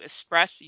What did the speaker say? express